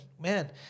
Man